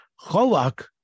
Cholak